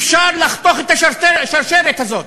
אפשר לחתוך את השרשרת הזאת.